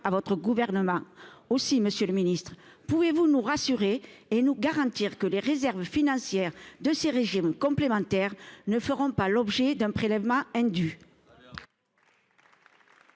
votre gouvernement ! Monsieur le ministre, pouvez-vous nous rassurer et nous garantir que les réserves financières de ces régimes complémentaires ne feront pas l’objet d’un prélèvement indu ?